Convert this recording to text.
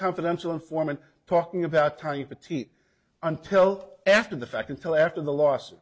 confidential informant talking about tying the team until after the fact until after the loss